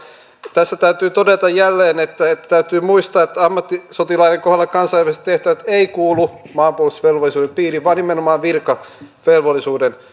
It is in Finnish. tässä täytyy todeta jälleen se että täytyy muistaa että ammattisotilaiden kohdalla kansainväliset tehtävät eivät kuulu maanpuolustusvelvollisuuden piiriin vaan nimenomaan virkavelvollisuuden